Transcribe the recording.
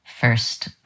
first